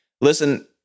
Listen